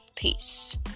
Peace